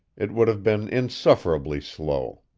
it would have been insufferably slow.